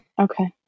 Okay